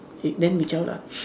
eh then we zao lah